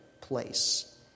place